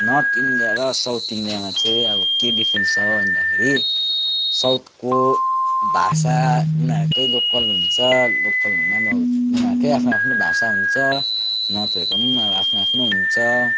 north India र south इन्डियामा चाहिँ अब के डिफरेन्स छ भन्दाखेरि साउथको भाषा उनीहरूकै लोकल हुन्छ लोकल भन्दा पनि अब उनीहरूकै आफ्नो आफ्नो भाषा हुन्छ नर्थहरूको पनि अब आफ्नो आफ्नो हुन्छ